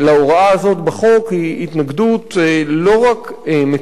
הזאת בחוק היא התנגדות לא רק מקוממת,